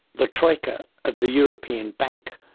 the troika of the european bank,